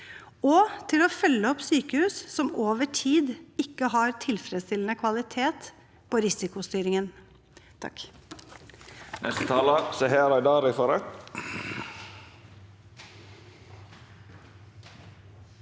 og til å følge opp sykehus som over tid ikke har tilfredsstillende kvalitet på risikostyringen. Seher